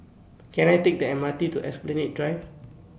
Can I Take The M R T to Esplanade Drive